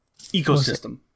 ecosystem